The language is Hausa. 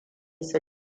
su